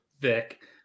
Vic